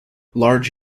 large